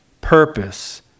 purpose